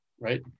right